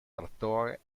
trattore